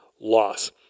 loss